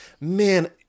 man –